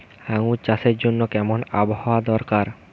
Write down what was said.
আঙ্গুর চাষের জন্য কেমন আবহাওয়া দরকার?